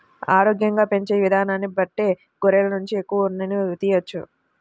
ఆరోగ్యంగా పెంచే ఇదానాన్ని బట్టే గొర్రెల నుంచి ఎక్కువ ఉన్నిని తియ్యవచ్చు